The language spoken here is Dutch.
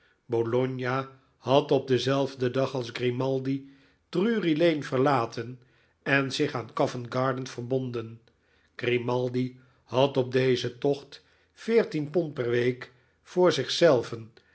bologna had op denzelfden dag als grimaldi drury-lane verlaten en zich aan covent-garden verbonden grimaldi had op dezen tocht veertien pond per week voor